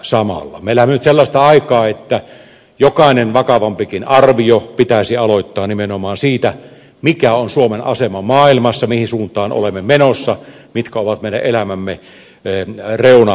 me elämme nyt sellaista aikaa että jokainen vakavampikin arvio pitäisi aloittaa nimenomaan siitä mikä on suomen asema maailmassa mihin suuntaan olemme menossa mitkä ovat meidän elämämme reunaehtoja